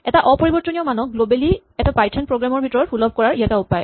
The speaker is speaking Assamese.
এটা অপৰিবৰ্তনীয় মানক গ্লৱেলী এটা পাইথন প্ৰগ্ৰেম ৰ ভিতৰত সুলভ কৰাৰ ই এটা উপায়